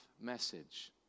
message